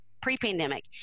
pre-pandemic